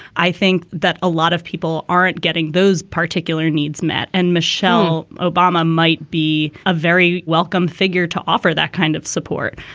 i think that a lot of people aren't getting those particular needs met. and michelle obama might be a very welcome figure to offer that kind of support.